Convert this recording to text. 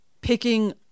picking